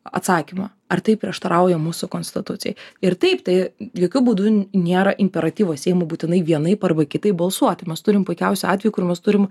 atsakymą ar tai prieštarauja mūsų konstitucijai ir taip tai jokiu būdu nėra imperatyvas seimui būtinai vienaip arba kitaip balsuoti mes turim puikiausių atvejų kur mes turim